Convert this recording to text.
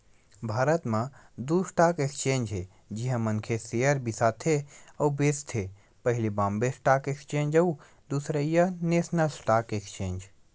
भारत म दू stock exchange हे जिहाँ मनखे सेयर बिसाथे अउ बेंचथे पहिली बॉम्बे स्टॉक एक्सचेंज अउ दूसरइया नेसनल स्टॉक एक्सचेंज